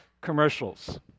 commercials